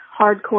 hardcore